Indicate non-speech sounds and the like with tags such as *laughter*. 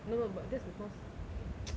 no no but that's because okay *noise*